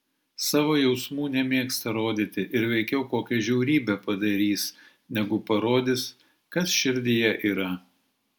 savo jausmų nemėgsta rodyti ir veikiau kokią žiaurybę padarys negu parodys kas širdyje yra